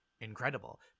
incredible